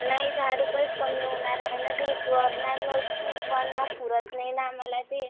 नाही दहा रुपयेच कमी होणार आहे ना ते करणार नव्हती पण मग पुरत नाही ना आम्हाला ते